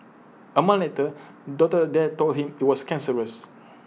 A month later doctors there told him IT was cancerous